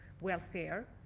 welfare